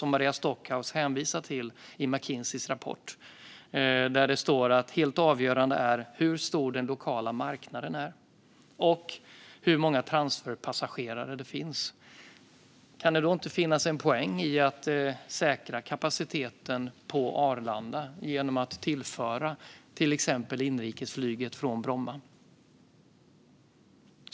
Maria Stockhaus hänvisar till McKinseys rapport och att det där står att det är helt avgörande hur stor den lokala marknaden är och hur många transferpassagerare det finns. Om det nu är så, kan det då inte finnas en poäng i att säkra kapaciteten på Arlanda genom att tillföra till exempel inrikesflyget från Bromma?